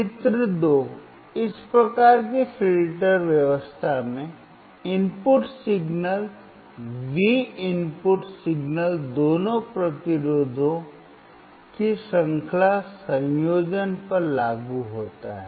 चित्रा 2 इस प्रकार की फिल्टर व्यवस्था में इनपुट सिग्नल विन इनपुट सिग्नल दोनों प्रतिरोधों की श्रृंखला संयोजन पर लागू होता है